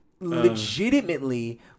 legitimately